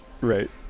Right